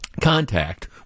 contact